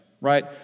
right